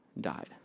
died